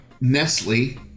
Nestle